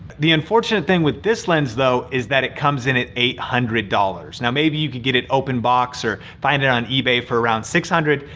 the unfortunate thing for this lens though is that it comes in at eight hundred dollars. now maybe you can get it open box or find it on ebay for around six hundred,